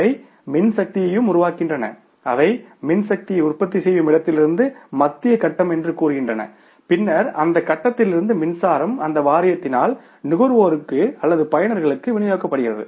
அவை மின்சக்தியையும் உருவாக்கிக்கொண்டிருந்தன அவை மின்சக்தியை உற்பத்தி செய்யும் இடத்திலிருந்து மத்திய கட்டம் என்று கூறுகின்றன பின்னர் அந்த கட்டத்திலிருந்து மின்சாரம் அந்த வாரியத்தினால் நுகர்வோருக்கு பயனர்களுக்கு விநியோகிக்கப்படுகிறது